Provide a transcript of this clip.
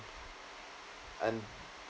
and